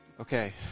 Okay